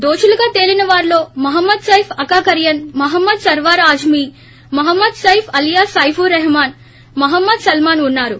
దోషులుగా తేలిన వారిలో మహ్మద్ సైఫ్ అకా కరియన్మహ్మద్ సర్వార్ ఆజ్మిమహ్మద్ సైఫ్ అలీయాస్ సైఫుర్ రహమాన్మహ్మద్ సల్మాన్ ఉన్నారు